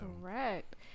Correct